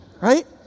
right